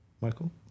Michael